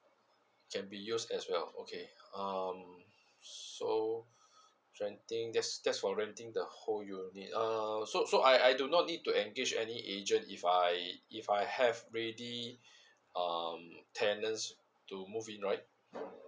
can be used as well okay um so I think that's that's for renting the whole unit err so so I I do not need to engage any agent if I if I have ready um tenants to move in right